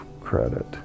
credit